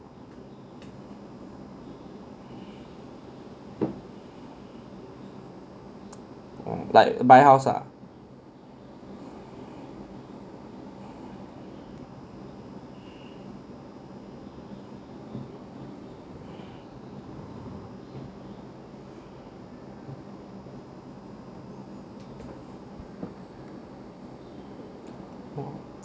like buy house ah